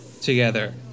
together